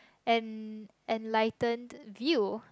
and and lighten view